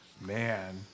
Man